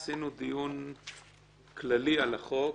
קיימנו דיון כללי על החוק,